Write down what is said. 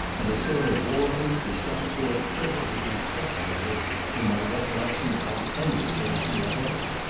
and a sort of war-whoop was sent forth perfectly unprecedented in my recollection upon any occasion whatever.